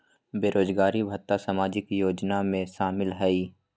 बेरोजगारी भत्ता सामाजिक योजना में शामिल ह ई?